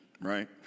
right